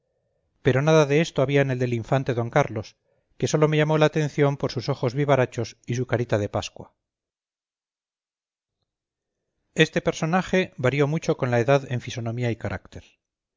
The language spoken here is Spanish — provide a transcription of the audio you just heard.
pero nada de esto había en el del infante d carlos que sólo me llamó la atención por sus ojos vivarachos y su carita de pascua este personaje varió mucho con la edad en fisonomía y carácter